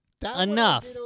Enough